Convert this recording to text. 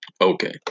okay